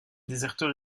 déserteur